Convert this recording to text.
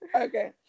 Okay